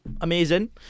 Amazing